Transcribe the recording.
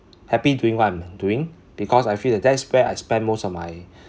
happy doing what I'm doing because I feel that that's where I spend most of my